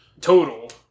Total